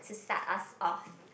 to start us off